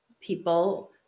people